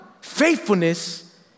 Faithfulness